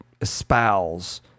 espouse